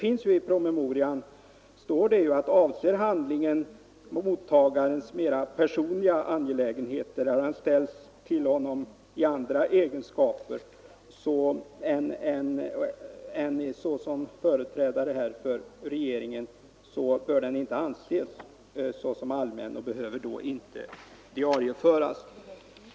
I promemorian står det att handlingen, om den avser mottagarens mera personliga angelägenheter eller har ställts till honom i annan egenskap än som företrädare för regeringen, inte bör anses som allmän, och den bör då inte diarieföras.